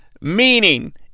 meaning